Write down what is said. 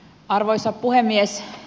arvoisa puhemies